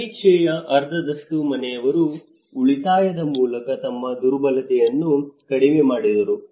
ಸಮೀಕ್ಷೆಯ ಅರ್ಧದಷ್ಟು ಮನೆಯವರು ಉಳಿತಾಯದ ಮೂಲಕ ತಮ್ಮ ದುರ್ಬಲತೆಯನ್ನು ಕಡಿಮೆ ಮಾಡಿದರು